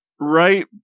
right